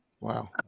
Wow